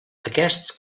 aquests